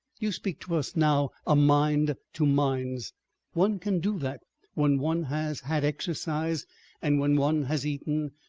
you speak to us now a mind to minds one can do that when one has had exercise and when one has eaten,